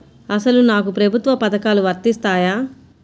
అసలు నాకు ప్రభుత్వ పథకాలు వర్తిస్తాయా?